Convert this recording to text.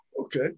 Okay